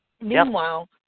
meanwhile